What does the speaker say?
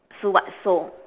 sulwhasoo